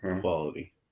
Quality